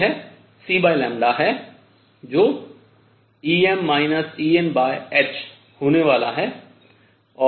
यह cλ है जो Em Enh होने वाला है